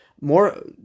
more